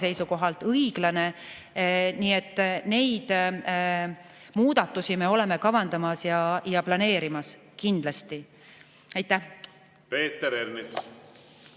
seisukohalt õiglane. Nii et neid muudatusi me kavandame ja planeerime, kindlasti. Jaa,